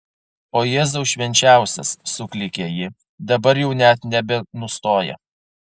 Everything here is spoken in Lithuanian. o jėzau švenčiausias suklykė ji dabar jau net nebenustoja